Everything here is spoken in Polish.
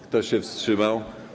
Kto się wstrzymał?